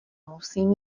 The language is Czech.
musím